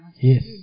Yes